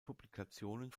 publikationen